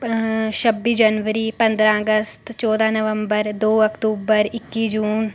छब्बी जनवरी पंद्रह अगस्त चौदह नवंबर दो अक्तूबर इक्की जून